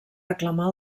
reclamar